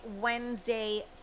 wednesday